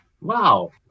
Wow